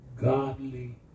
godly